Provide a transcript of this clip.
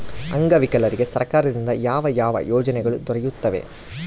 ಅಂಗವಿಕಲರಿಗೆ ಸರ್ಕಾರದಿಂದ ಯಾವ ಯಾವ ಯೋಜನೆಗಳು ದೊರೆಯುತ್ತವೆ?